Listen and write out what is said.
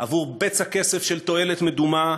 עבור בצע כסף של תועלת מדומה.